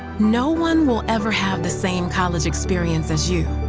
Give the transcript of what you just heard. no one will ever have the same college experience as you,